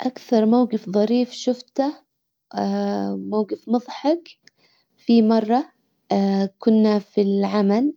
اكثر موقف ظريف شفته موقف مظحك فيه مرة كنا في العمل